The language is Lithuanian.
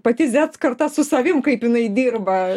pati z karta su savim kaip jinai dirba